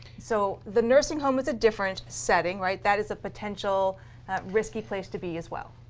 so the nursing home is a different setting, right? that is a potential risky place to be as well.